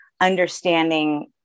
understanding